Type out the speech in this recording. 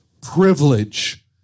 privilege